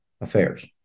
affairs